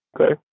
Okay